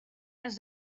has